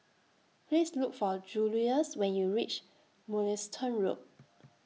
Please Look For Juluis when YOU REACH Mugliston Road